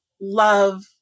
love